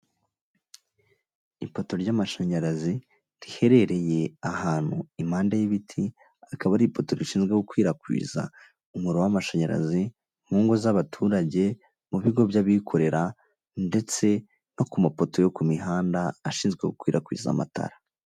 Ipoto ry'amashanyarazi riherereye ahantu impande y'ibiti, akaba ari ipoto rishinzwe gukwirakwiza umuriro w'amashanyarazi mu ngo z'abaturage, mu bigo by'abikorera ndetse no ku mapoto yo ku mihanda ashinzwe gukwirakwiza amatara.